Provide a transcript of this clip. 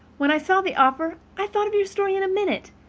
when i saw the offer i thought of your story in a minute,